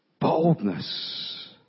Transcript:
boldness